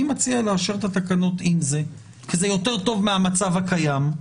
אני מציע לאשר את התקנות עם זה כי זה יותר מהמצב הקיים.